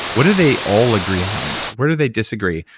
what do they all agree on? where do they disagree?